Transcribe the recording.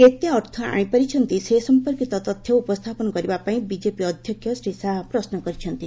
କେତେ ଅର୍ଥ ଆଣିପାରିଛନ୍ତି ସେ ସଫପର୍କିତ ତଥ୍ୟ ଉପସ୍ଥାପନ କରିବା ପାଇଁ ବିଜେପି ଅଧ୍ୟକ୍ଷ ଶ୍ରୀ ଶାହା ପ୍ରଶ୍ନ କରିଛନ୍ତି